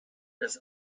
des